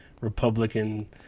republican